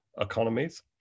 economies